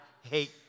hate